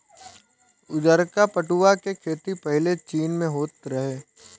उजारका पटुआ के खेती पाहिले चीन में होत रहे